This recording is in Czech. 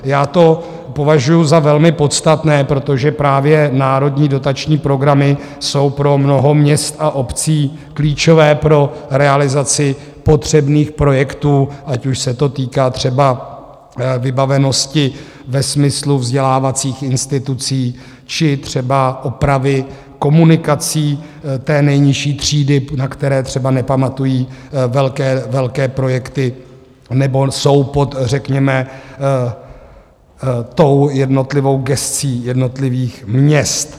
Já to považuji za velmi podstatné, protože právě národní dotační programy jsou pro mnoho měst a obcí klíčové pro realizaci potřebných projektů, ať už se to týká třeba vybavenosti ve smyslu vzdělávacích institucí či třeba opravy komunikací té nejnižší třídy, na které třeba nepamatují velké projekty, nebo jsou pod řekněme jednotlivou gescí jednotlivých měst.